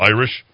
Irish